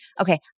Okay